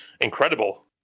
incredible